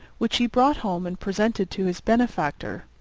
which he brought home and presented to his benefactor.